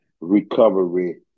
recovery